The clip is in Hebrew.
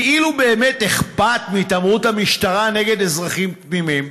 כאילו באמת אכפת מהתעמרות המשטרה באזרחים תמימים,